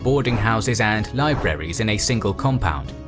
boarding houses, and libraries in a single compound.